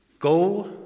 Go